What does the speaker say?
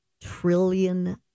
trillion